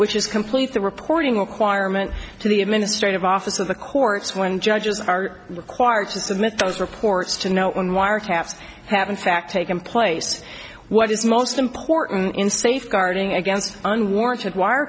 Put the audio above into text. which is complete the reporting requirement to the administrative office of the courts when judges are required to submit those reports to know when wiretaps have in fact taken place what is most important in safeguarding against unwarranted wire